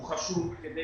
הוא חשוב כדי